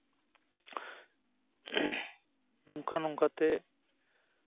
ᱱᱚᱝᱠᱟ ᱱᱚᱝᱠᱟᱛᱮ